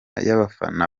y’abafana